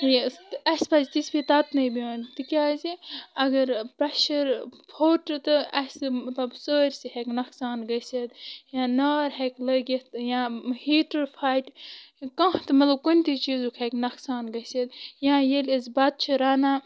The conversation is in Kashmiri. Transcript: یہِ اسہِ پزِ تژھ پھِرِ تتنٕے بِہُن تِکیازِ اگر پریشر پھوٚٹ تہٕ اسہِ مطلب سٲرسٕے ہیکہِ نۄقصان گژھِتھ یا نار ہیکہِ لگِتھ یا ہیٖٹر پھٹہِ کانٛہہ تہِ مطلب کُنہِ تہِ چیٖزُک ہیکہِ نۄقصان گژھِتھ یا ییٚلہِ أسۍ بتہٕ چھِ رنان